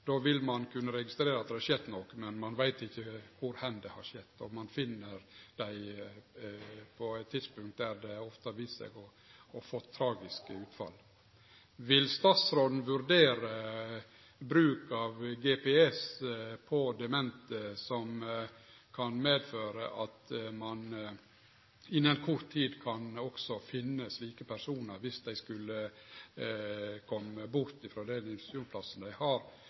Då vil ein kunne registrere at det har skjedd noko, men ein veit ikkje kor det har skjedd, og ein finn dei på eit tidspunkt som gjer at det ofte har fått eit tragisk utfall. Vil statsråden vurdere bruk av GPS på demente, noko som kan medføre at ein innan kort tid kan finne slike personar dersom dei skulle kome bort frå den institusjonsplassen dei har?